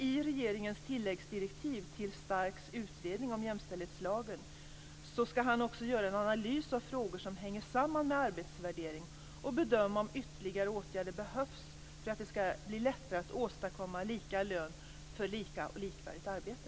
I regeringens tilläggsdirektiv till Starcks utredning om jämställdhetslagen står att han också skall göra analys av frågor som har att göra med arbetsvärdering och bedöma om ytterligare åtgärder behövs för att bli lättare att åstadkomma lika lön för likvärdigt arbete.